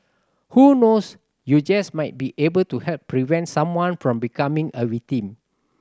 who knows you just might be able to help prevent someone from becoming a victim